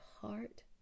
heart